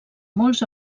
molts